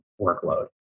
workload